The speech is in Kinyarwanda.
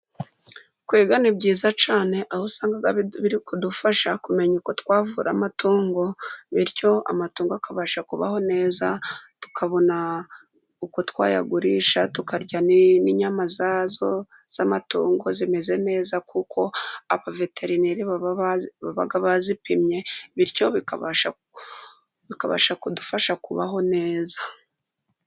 Kwiga ni byiza cyane, aho usanga biri kudufasha kumenya uko twavura amatongo, bityo amatungo akabasha kubaho neza, tukabona uko twayagurisha, tukarya, n'inyama z'amatungo zimeze neza, kuko abaveterineri baba bazipimye, bityo bikabasha kudufasha kubaho neza.